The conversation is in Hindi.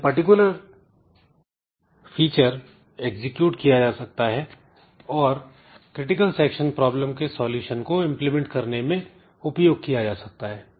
यह particular फीचर एग्जीक्यूट किया जा सकता है और क्रिटिकल सेक्शन प्रॉब्लम के सॉल्यूशन को इम्प्लीमेंट करने में उपयोग किया जा सकता है